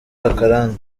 akarande